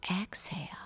Exhale